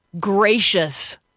gracious